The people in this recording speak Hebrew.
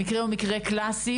המקרה הוא מקרה קלאסי,